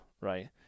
right